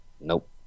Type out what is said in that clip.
Nope